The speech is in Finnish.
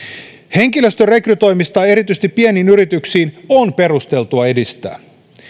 henkilöstön rekrytoimista erityisesti pieniin yrityksiin on perusteltua edistää